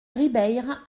ribeyre